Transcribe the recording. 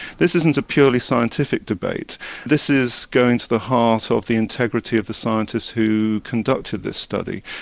this isn't a purely scientific debate this is going to the heart so of the integrity of the scientists who conducted this study.